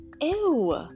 ew